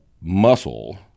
muscle